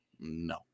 no